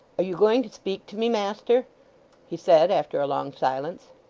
are you going to speak to me, master he said, after a long silence.